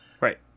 Right